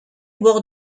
bord